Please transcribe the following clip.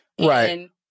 right